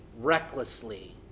recklessly